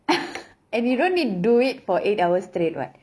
and you don't need do it for eight hours straight [what]